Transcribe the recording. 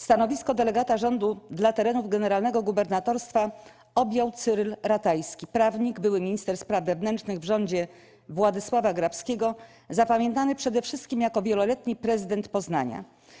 Stanowisko delegata rządu dla terenów Generalnego Gubernatorstwa objął Cyryl Ratajski - prawnik, były minister spraw wewnętrznych w rządzie Władysława Grabskiego, zapamiętany przede wszystkim jako wieloletni prezydent Poznania.